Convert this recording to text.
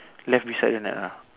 left beside the net ah